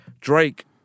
Drake